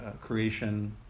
creation